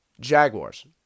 Jaguars